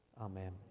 Amen